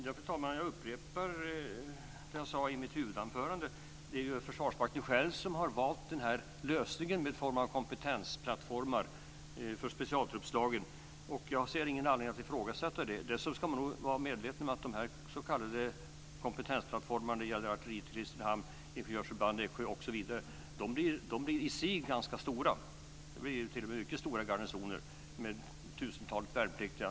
Fru talman! Jag upprepar det jag sade i mitt huvudanförande. Det är Försvarsmakten själv som har valt den här lösningen i form av kompetensplattformar för specialtruppslagen. Jag ser ingen anledning att ifrågasätta det. Dessutom ska man nog vara medveten om att de s.k. kompetensplattformarna när det gäller artilleriet i Kristinehamn, ingenjörsförband i Eksjö osv. i sig blir ganska stora. De blir t.o.m. mycket stora garnisoner, med tusentalet värnpliktiga.